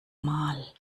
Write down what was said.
mal